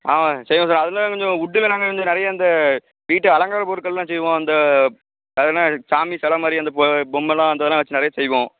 ஆமாம் செய்வோம் சார் அதெல்லாம் கொஞ்சம் உட்டில் நாங்கள் நிறையா இந்த வீட்டு அலங்காரப் பொருட்களெலாம் செய்வோம் இந்த அதென்ன சாமி செலை மாதிரி அந்த பொ பொம்மைல்லாம் அந்த இதெலாம் வெச்சு நிறையா செய்வோம்